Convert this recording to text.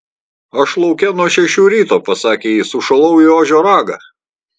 aš lauke nuo šešių ryto pasakė ji sušalau į ožio ragą